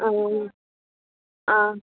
आं आं